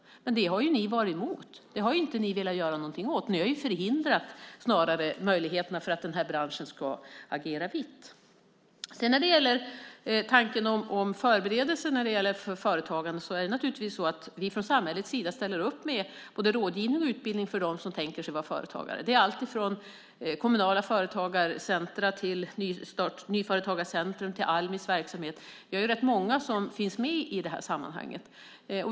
Men det har ju ni varit emot. Ni har inte velat göra någonting åt detta. Ni har snarare förhindrat möjligheterna till att den här branschen ska agera vitt. När det gäller tanken om förberedelser för företagande är det naturligtvis så att vi från samhällets sida ställer upp med både rådgivning och utbildning för dem som tänker sig att vara företagare. Det gäller allt från kommunala företagarcentrum och nyföretagarcentrum till Almis verksamhet. Det är rätt många som finns med i det här sammanhanget.